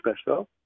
special